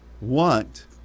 want